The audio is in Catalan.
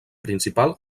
principal